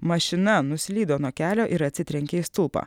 mašina nuslydo nuo kelio ir atsitrenkė į stulpą